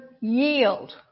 yield